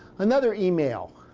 another email